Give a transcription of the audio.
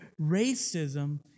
racism